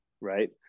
right